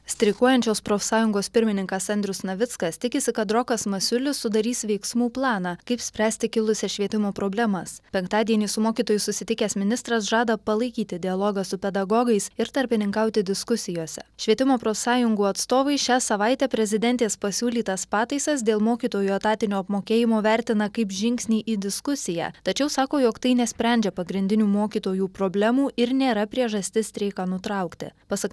streikuojančios profsąjungos pirmininkas andrius navickas tikisi kad rokas masiulis sudarys veiksmų planą kaip spręsti kilusias švietimo problemas penktadienį su mokytojais susitikęs ministras žada palaikyti dialogą su pedagogais ir tarpininkauti diskusijose švietimo profsąjungų atstovai šią savaitę prezidentės pasiūlytas pataisas dėl mokytojų etatinio apmokėjimo vertina kaip žingsnį į diskusiją tačiau sako jog tai nesprendžia pagrindinių mokytojų problemų ir nėra priežastis streiką nutraukti pasak